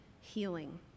healing